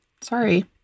Sorry